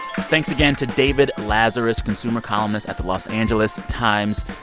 thanks again to david lazarus, consumer columnist at the los angeles times.